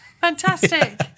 fantastic